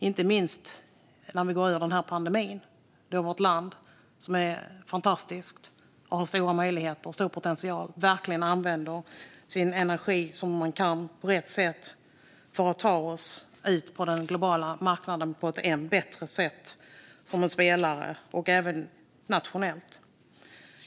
Inte minst när pandemin går över behöver vårt land, som är fantastiskt och har stora möjligheter och stor potential, verkligen använda sin energi för att på ett än bättre sätt ta oss ut som en spelare på den globala marknaden och även nationellt.